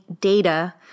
data